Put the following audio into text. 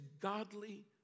godly